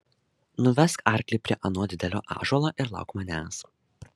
nuvesk arklį prie ano didelio ąžuolo ir lauk manęs